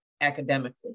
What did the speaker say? academically